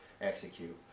execute